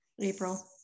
April